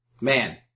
Man